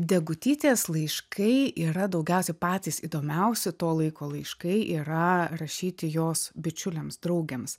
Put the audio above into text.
degutytės laiškai yra daugiausiai patys įdomiausi to laiko laiškai yra rašyti jos bičiuliams draugėms